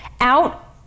out